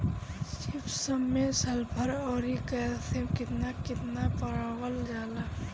Gypsum मैं sulphur औरी calcium कितना कितना पावल जाला?